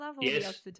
Yes